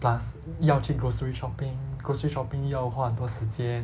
plus 要去 grocery shopping grocery shopping 要花很多时间